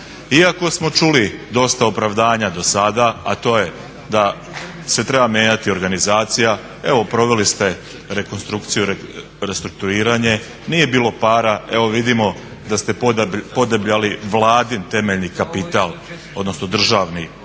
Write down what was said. Iako smo čuli dosta opravdanja do sada a to je da se treba menjati organizacija. Evo proveli ste rekonstrukciju, restrukturiranje, nije bilo para. Evo vidimo da ste podebljali vladin temeljni kapital, odnosno državni u